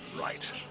Right